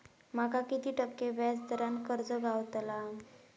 माका किती टक्के व्याज दरान कर्ज गावतला?